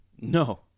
No